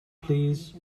plîs